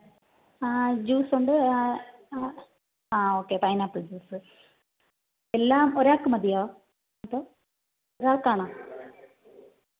ജൂസുണ്ട് ആ okay pineapple juice എല്ലാം ഒരാൾക്ക് മതിയോ മാടം ഒരാൾക്കാണോ ആ